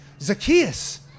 Zacchaeus